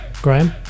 Graham